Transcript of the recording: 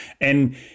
And-